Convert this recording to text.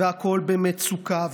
והכול במצוקה,